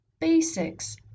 basics